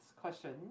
question